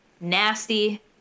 nasty